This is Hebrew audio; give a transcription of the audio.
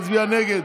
יצביע נגד.